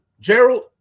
gerald